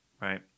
right